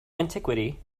antiquity